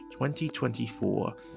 2024